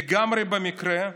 לגמרי במקרה,